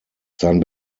sein